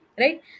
Right